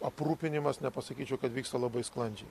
aprūpinimas nepasakyčiau kad vyksta labai sklandžiai